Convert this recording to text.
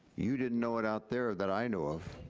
you didn't know it out there that i know of.